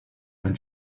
when